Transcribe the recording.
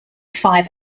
five